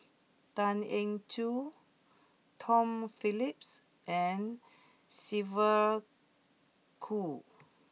Tan Eng Joo Tom Phillips and Sylvia Kho